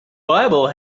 bible